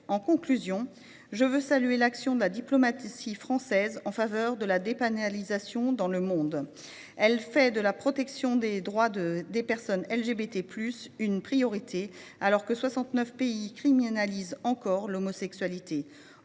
En conclusion, je veux saluer l’action de la diplomatie française en faveur de la dépénalisation de l’homosexualité dans le monde. Elle fait de la protection des droits des personnes LBGT+ une priorité, alors que soixante neuf pays criminalisent encore l’homosexualité